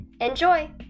Enjoy